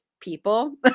people